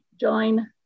join